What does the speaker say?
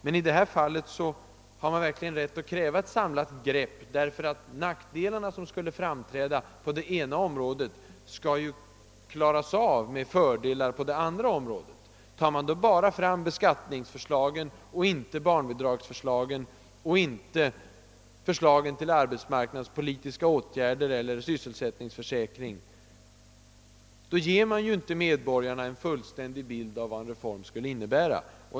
Men i detta fall har man verkligen rätt att kräva ett samlat grepp, för de nackdelar som skulle framträda på det ena området skall ju uppvägas av fördelar på det andra. Tar man då bara fram beskattningsförslagen men inte barnbidragsförslagen eller förslagen om arbetsmarknadspolitiska åtgärder och om sysselsättningsförsäkring, ger man ju inte medborgarna en fullständig bild av vad en reform skulle innebära.